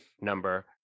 number